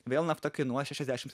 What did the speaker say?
vėl nafta kainuos šešiasdešim